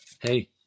Hey